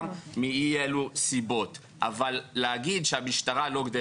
אבל את שואלת שאלות, ואני מתעקשת.